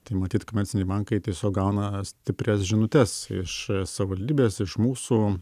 tai matyt komerciniai bankai tiesiog gauna stiprias žinutes iš savivaldybės iš mūsų